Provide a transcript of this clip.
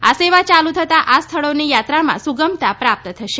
આ સેવા ચાલુ થતા આ સ્થળોની યાત્રામાં સુગમતા પ્રપ્ત થશે